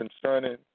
concerning